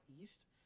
East